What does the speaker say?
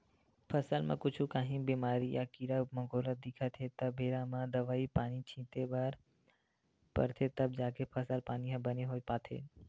फसल म कुछु काही बेमारी या कीरा मकोरा दिखत हे त बेरा म दवई पानी छिते बर परथे तब जाके फसल पानी ह बने हो पाथे